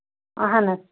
اَہن حظ